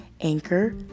Anchor